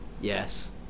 Yes